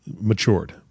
matured